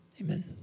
amen